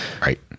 Right